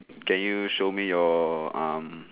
can you show me your um